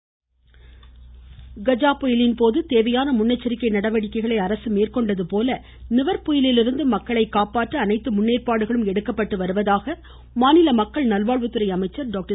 விஜயபாஸ்கர் கஜா புயலின் போது தேவையான முன்னெச்சரிக்கை நடவடிக்கைகளை அரசு மேற்கொண்டது போல நிவர் புயலிலிருந்தும் மக்களை காப்பாற்ற அனைத்து முன்னேற்பாடுகளும் எடுக்கப்பட்டு வருவதாக மாநில மக்கள் நல்வாழ்வுத்துறை அமைச்சர் டாக்டர்